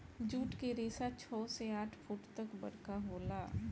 जुट के रेसा छव से आठ फुट तक बरका होला